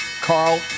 Carl